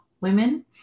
Women